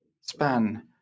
span